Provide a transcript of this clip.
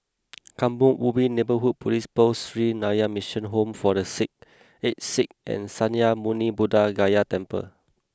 Kampong Ubi Neighbourhood Police Post Sree Narayana Mission Home for the sick Aged Sick and Sakya Muni Buddha Gaya Temple